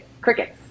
crickets